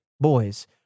boys